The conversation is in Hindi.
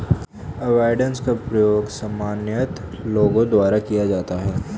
अवॉइडेंस का प्रयोग सामान्यतः लोगों द्वारा किया जाता है